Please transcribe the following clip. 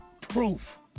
proof